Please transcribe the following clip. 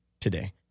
today